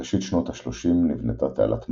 בראשית שנות ה-30 נבנתה תעלת מים,